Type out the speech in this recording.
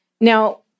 Now